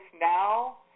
now